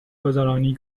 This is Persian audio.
گذرانی